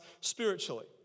spiritually